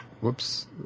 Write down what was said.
whoops